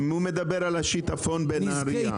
הוא מדבר על השיטפון בנהריה.